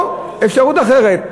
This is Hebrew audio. או אפשרות אחרת,